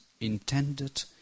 intended